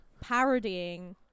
parodying